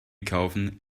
kaufen